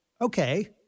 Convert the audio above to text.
Okay